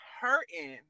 hurting